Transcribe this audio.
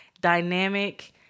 dynamic